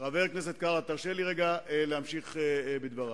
תרשה לי להמשיך בדברי.